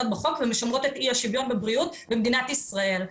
בחוק ומשמרים את אי השוויון בבריאות במדינת ישראל.